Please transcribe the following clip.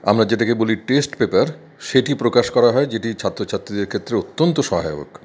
আমরা যেটাকে বলি টেস্ট পেপার সেটি প্রকাশ করা হয় যেটি ছাত্র ছাত্রীদের ক্ষেত্রে অত্যন্ত সহায়ক